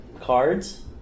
cards